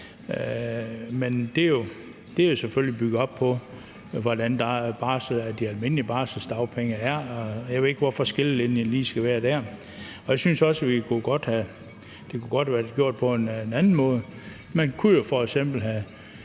men det er jo selvfølgelig bygget op på, hvordan de almindelige barselsdagpenge er. Men jeg ved ikke, hvorfor skillelinjen lige skal være dér. Jeg synes også, at det godt kunne have været gjort på en anden måde. Man kunne jo f.eks. have